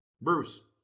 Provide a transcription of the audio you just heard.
Bruce